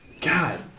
God